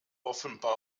offenbar